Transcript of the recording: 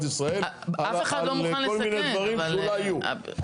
ישראל על כל מיני דברים שאולי יהיו.